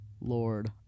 Lord